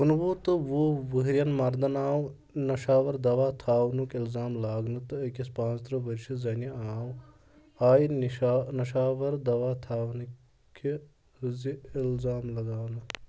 کُنوُہ تہٕ وُہ وٕہرین مَردَن آو نَشاوَر دَوا تھاونُک اِلزام لاگنہہٕ تے أکِس پانژھ تٕرٛہ ورشہِ زَنہِ آو آیہِ نَشاور دَوا تھاونہٕ کہِ زٕ اِلزام لَگاونہٕ